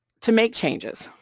to make changes.